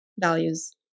values